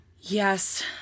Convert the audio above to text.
Yes